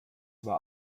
war